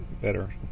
better